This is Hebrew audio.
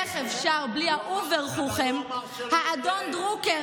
איך אפשר בלי האובר-חוכם האדון דרוקר,